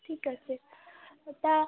ঠিক আছে তা